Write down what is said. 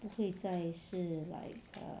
不会再是 like err